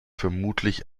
vermutlich